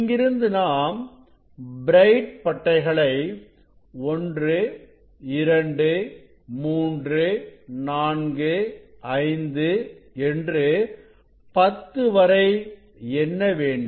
இங்கிருந்து நாம் பிரைட் பட்டைகளை 1 2 3 4 5 என்று 10 வரை எண்ண வேண்டும்